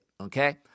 Okay